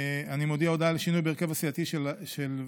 אני מודיע הודעה על שינויים בהרכב הסיעתי של הכנסת.